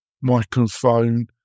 microphone